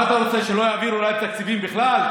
מה אתה רוצה, שלא יעבירו להם תקציבים בכלל?